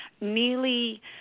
nearly